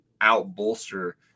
out-bolster